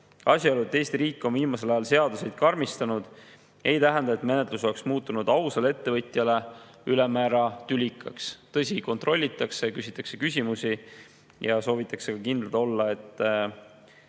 Asjaolu, et Eesti riik on viimasel ajal seadusi karmistanud, ei tähenda, et menetlus oleks muutunud ausale ettevõtjale ülemäära tülikaks. Tõsi, kontrollitakse, küsitakse küsimusi ja soovitakse kindlad olla, et